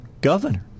governor